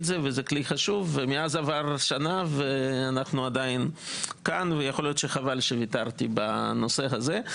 שמאז עברה שנה ואנחנו עדיין באותו מקום.